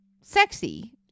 sexy